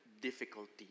difficulty